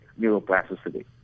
neuroplasticity